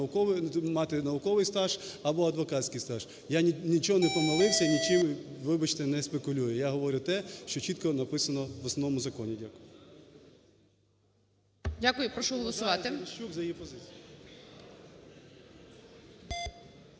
мат науковий стаж або адвокатський стаж. Я нічого не помилився і нічим, вибачте, не спекулюю. Я говорю те, що чітко написано в Основному законі. Дякую. ГОЛОВУЮЧИЙ. Дякую. Прошу голосувати.